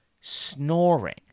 snoring